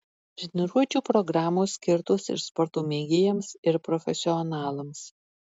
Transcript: treniruočių programos skirtos ir sporto mėgėjams ir profesionalams